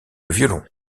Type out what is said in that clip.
violon